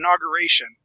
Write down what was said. inauguration